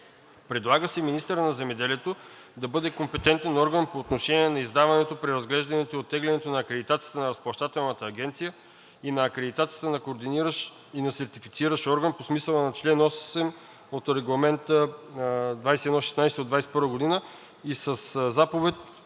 Предлага се министърът на земеделието да бъде компетентен орган по отношение на издаването, преразглеждането и оттеглянето на акредитацията на разплащателна агенция и на акредитацията на координиращ и на сертифициращ орган по смисъла на чл. 8 от Регламент (ЕС) 2021/2116 и със заповед